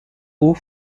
eaux